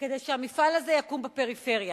כדי שהמפעל הזה יקום בפריפריה,